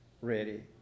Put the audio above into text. ready